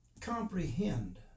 comprehend